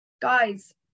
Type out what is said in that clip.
guys